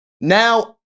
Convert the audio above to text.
Now